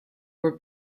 were